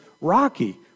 Rocky